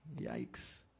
Yikes